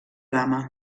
dama